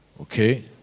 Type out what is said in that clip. Okay